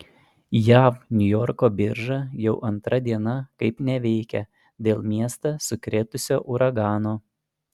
jav niujorko birža jau antra diena kaip neveikia dėl miestą sukrėtusio uragano